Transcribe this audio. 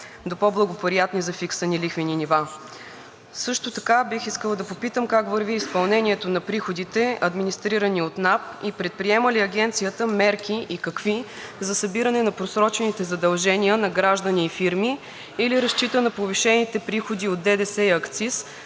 до по-благоприятни за фикса ни лихвени нива? Бих искала да попитам как върви изпълнението на приходите, администрирани от НАП, и предприема ли Агенцията мерки и какви за събиране на просрочените задължения на граждани и фирми, или разчита на повишените приходи от ДДС и акциз